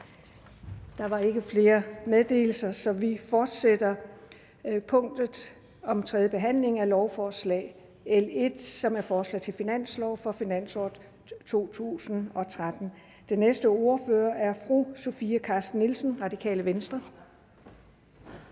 Der er ikke flere meddelelser, så vi fortsætter punktet om tredje behandling af lovforslag nr. L 1, som er forslag til finanslov for finansåret 2013. Den næste ordfører er fru Sofie Carsten Nielsen, Det Radikale Venstre.